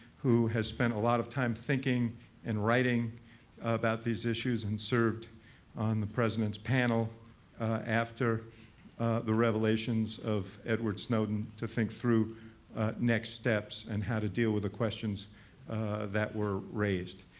who has spent a lot of time thinking and writing about these issues, and served on the president's panel after the revelations of edward snowden, to think through next steps and how to deal with the questions that were raised.